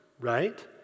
right